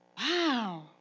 Wow